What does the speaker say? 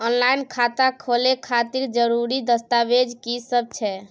Online खाता खोले खातिर जरुरी दस्तावेज की सब छै?